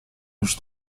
już